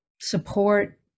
support